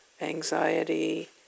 anxiety